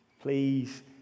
Please